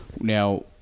now